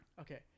Okay